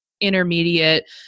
intermediate